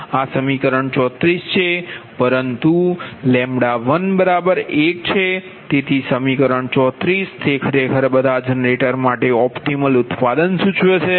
તેથી સમીકરણ 34 તે ખરેખર બધા જનરેટર માટે ઓપટિમલ ઉત્પાદન સૂચવે છે